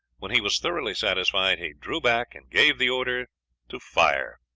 when he was thoroughly satisfied, he drew back and gave the order to fire.